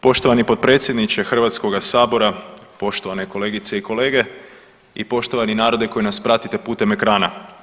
Poštovani potpredsjedniče Hrvatskoga sabora, poštovane kolegice i kolege i poštovani narode koji nas pratite putem ekrana.